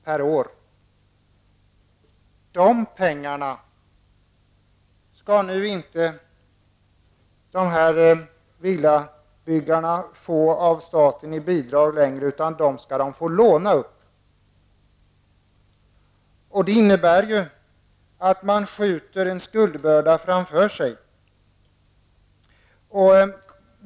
Dessa pengar skall villabyggarna inte längre få i bidrag från staten, utan de skall få låna dem. Det innebär att låntagaren skjuter skuldbördan framför sig.